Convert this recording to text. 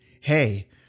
Hey